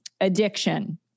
Addiction